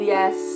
Yes